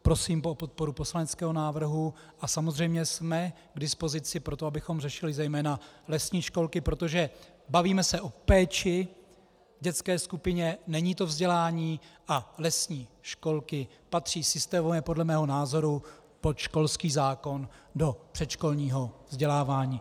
Prosím o podporu poslaneckého návrhu a samozřejmě jsme k dispozici pro to, abychom řešili zejména lesní školky, protože se bavíme o péči v dětské skupině, není to vzdělání, a lesní školky patří systémově podle mého názoru pod školský zákon do předškolního vzdělávání.